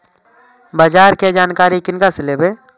बाजार कै जानकारी किनका से लेवे?